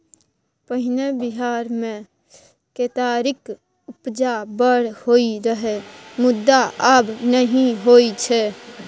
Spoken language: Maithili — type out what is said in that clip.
पहिने बिहार मे केतारीक उपजा बड़ होइ रहय मुदा आब नहि होइ छै